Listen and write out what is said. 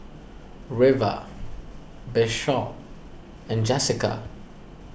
River Bishop and Jesica